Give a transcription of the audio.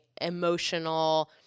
emotional